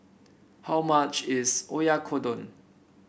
how much is Oyakodon